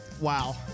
wow